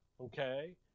Okay